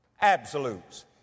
absolutes